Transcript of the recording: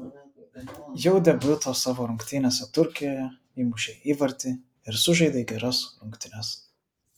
jau debiuto savo rungtynėse turkijoje įmušei įvartį ir sužaidei geras rungtynes